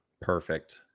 Perfect